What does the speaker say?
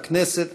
בכנסת,